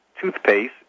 toothpaste